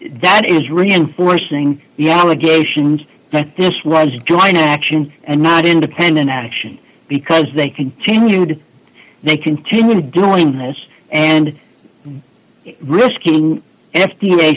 that is reinforcing the allegations that this was dry no action and not independent action because they continued if they continue doing this and risking f